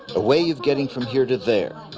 a way of getting from here to there,